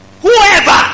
Whoever